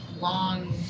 long